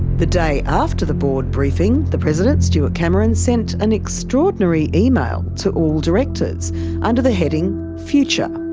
the day after the board briefing, the president stuart cameron sent an extraordinary email to all directors under the heading future.